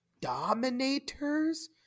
Dominators